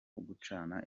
gucana